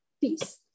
peace